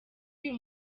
uyu